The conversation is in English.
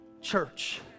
church